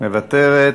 מוותרת,